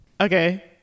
Okay